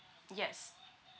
yes